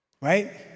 right